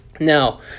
Now